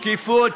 שקיפות,